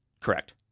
Correct